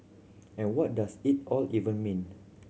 and what does it all even mean